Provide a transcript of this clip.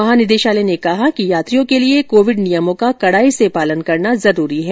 महानिदेशालय ने कहा कि यात्रियों के लिए कोविड नियमों का कडाई से पालन करना जरूरी है